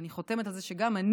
ואני חותמת על זה שגם אני,